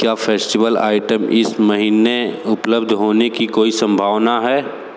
क्या festival items इस महीने उपलब्ध होने की कोई सम्भावना है